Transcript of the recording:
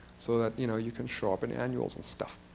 so that you know you can show up in annuals and stuff.